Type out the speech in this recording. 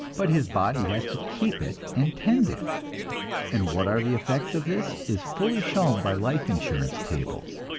but his body has to keep it and tend it and what are the effects of this is fully shown by life insurance tables.